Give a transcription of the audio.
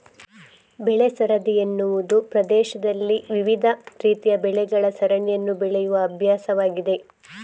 ಬೆಳೆ ಸರದಿ ಎನ್ನುವುದು ಪ್ರದೇಶದಲ್ಲಿ ವಿವಿಧ ರೀತಿಯ ಬೆಳೆಗಳ ಸರಣಿಯನ್ನು ಬೆಳೆಯುವ ಅಭ್ಯಾಸವಾಗಿದೆ